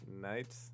night